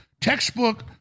textbook